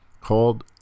called